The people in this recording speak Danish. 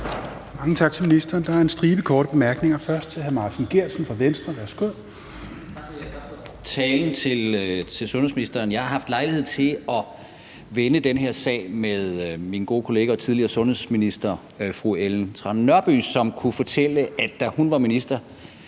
Mange tak til ministeren. Der er en stribe korte bemærkninger, og det er først fra hr. Martin Geertsen fra Venstre. Værsgo. Kl. 10:46 Martin Geertsen (V): Tak for det, og tak til sundhedsministeren for talen. Jeg har haft lejlighed til at vende den her sag med min gode kollega og tidligere sundhedsminister, fru Ellen Trane Nørby, som kunne fortælle, at da hun var minister,